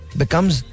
becomes